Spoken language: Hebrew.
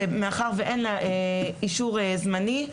שמאחר ואין לה אישור זמני,